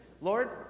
Lord